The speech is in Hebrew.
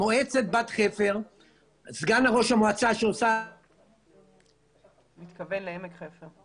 מועצת בת חפר --- הוא מתכוון לעמק חפר.